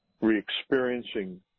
re-experiencing